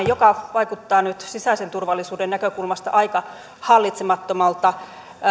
joka vaikuttaa nyt sisäisen turvallisuuden näkökulmasta aika hallitsemattomalta